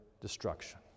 destruction